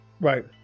Right